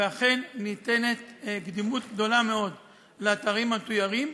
ואכן ניתנת קדימות גדולה מאוד לאתרים המתוירים,